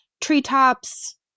treetops